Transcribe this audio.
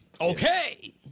Okay